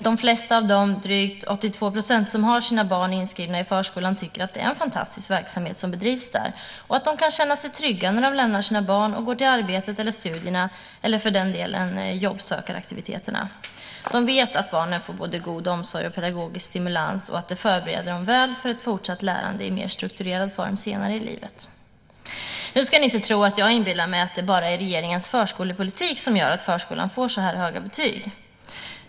De flesta av de drygt 82 % som har sina barn inskrivna i förskolan tycker att det är en fantastisk verksamhet som bedrivs där och att de kan känna sig trygga när de lämnar sina barn och går till arbetet eller studierna, eller för den delen till jobbsökaraktiviteterna. De vet att barnen får både god omsorg och pedagogisk stimulans, vilket förbereder dem väl för ett fortsatt lärande i mer strukturerad form senare i livet. Nu ska ni inte tro att jag inbillar mig att det bara är regeringens förskolepolitik som gör att förskolan får så höga betyg.